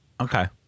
Okay